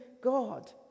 God